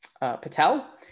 Patel